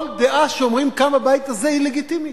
כל דעה שאומרים כאן, בבית הזה, היא לגיטימית.